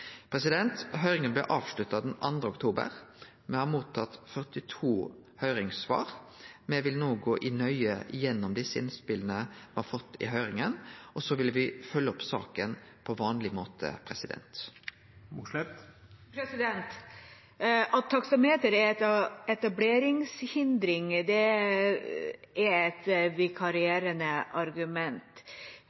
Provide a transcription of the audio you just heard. Høyringa blei avslutta den 2. oktober. Me har fått 42 høyringssvar. Me vil no gå nøye gjennom dei innspela me har fått i høyringa, og så vil me følgje opp saka på vanleg måte. At taksameter er en etableringshindring, er